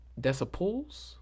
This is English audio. decibels